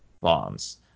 bombs